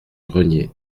grenier